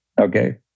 Okay